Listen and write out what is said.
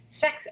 sex